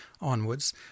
onwards